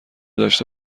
داشته